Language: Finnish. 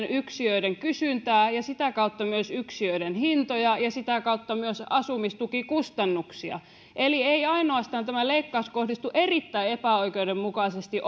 yksiöiden kysyntää ja sitä kautta myös yksiöiden hintoja ja sitä kautta myös asumistukikustannuksia eli tämä leikkaus ei ainoastaan kohdistu erittäin epäoikeudenmukaisesti